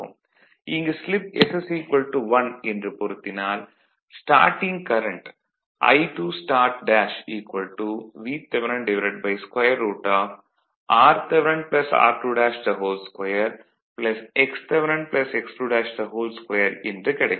இங்கு slip s 1 என்று பொருத்தினால் starting current I2start Vth √ rth r22 xthx22 என்று கிடைக்கும்